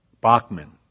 Bachman